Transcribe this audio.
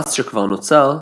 חרץ שכבר נוצר,